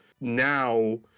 Now